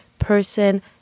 person